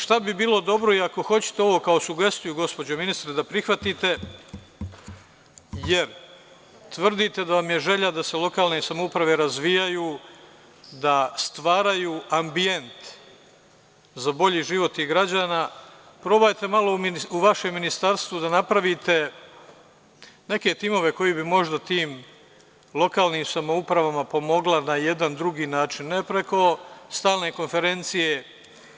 Šta bi bilo dobro i ako hoćete ovo kao sugestiju, gospođo ministre, da prihvatite, jer tvrdite da vam je želja da se lokalne samouprave razvijaju, da stvaraju ambijent za bolji život građana, probajte malo u vašem Ministarstvu da napravite neke timove koji bi možda tim lokalnim samoupravama pomogla na jedan drugi način, ne preko stalne konferencije